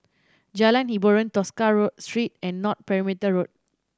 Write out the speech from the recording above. Jalan Hiboran Tosca Road Street and North Perimeter Road